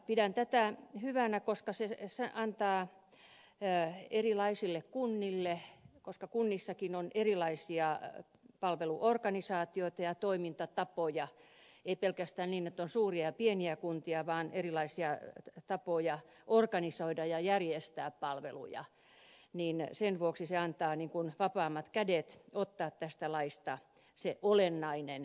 pidän tätä hyvänä koska se antaa erilaisille kunnille koska kunnissakin on erilaisia palveluorganisaatioita ja toimintatapoja ei pelkästään niin että on suuria ja pieniä kuntia vaan erilaisia tapoja organisoida ja järjestää palveluja sen vuoksi se antaa vapaammat kädet ottaa tästä laista se olennainen